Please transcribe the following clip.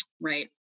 Right